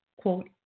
quote